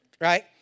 right